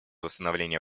восстановления